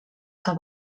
que